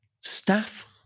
staff